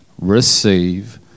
receive